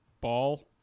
ball